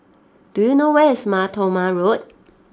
do you know where is Mar Thoma Road